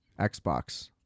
Xbox